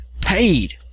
paid